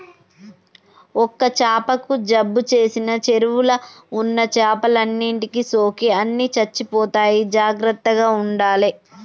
ఒక్క చాపకు జబ్బు చేసిన చెరువుల ఉన్న చేపలన్నిటికి సోకి అన్ని చచ్చిపోతాయి జాగ్రత్తగ ఉండాలే